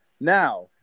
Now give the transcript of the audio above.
Now